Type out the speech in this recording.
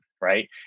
Right